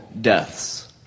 deaths